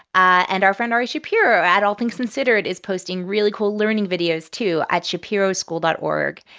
and our friend ari shapiro at all things considered is posting really cool learning videos, too, at shapiroschool dot org.